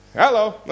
Hello